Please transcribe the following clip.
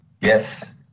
Yes